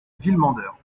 villemandeur